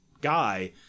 guy